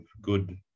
good